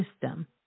system